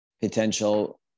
potential